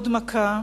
עוד מכה,